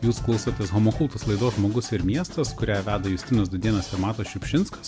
jūs klausotės homo kultus laidos žmogus ir miestas kurią veda justinas dūdėnas ir matas šiupšinskas